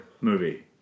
movie